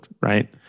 right